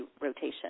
rotation